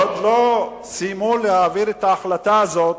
עוד לא סיימו להעביר את ההחלטה הזאת,